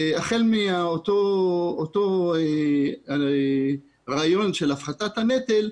החל מאותו רעיון של הפחתת הנטל,